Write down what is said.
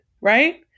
Right